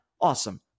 Awesome